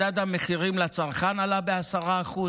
מדד המחירים לצרכן עלה ב-10%,